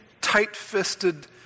tight-fisted